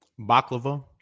Baklava